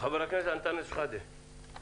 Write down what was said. חבר הנסת אנטאנס שחאדה, בבקשה.